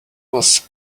was